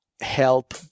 help